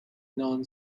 non